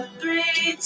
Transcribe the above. three